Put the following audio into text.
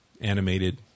animated